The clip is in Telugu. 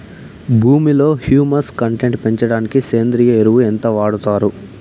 భూమిలో హ్యూమస్ కంటెంట్ పెంచడానికి సేంద్రియ ఎరువు ఎంత వాడుతారు